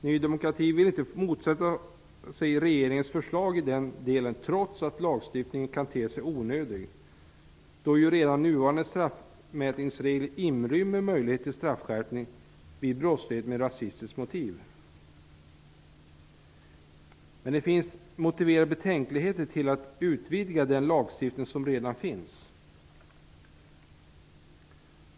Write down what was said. Ny demokrati vill inte motsätta sig regeringens förslag i det avseendet, trots att lagstiftningen kan te sig onödig, då ju redan nuvarande straffmätningsregler inrymmer möjligheter till straffskärpning vid brottslighet med rasistiskt motiv. Men det finns betänkligheter mot att utvidga den lagstiftning som redan finns.